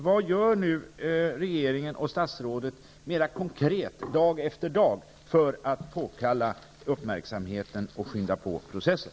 Vad gör regeringen och statsrådet mer konkret dag för dag för att påkalla uppmärksamhet och skynda på processen?